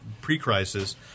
pre-crisis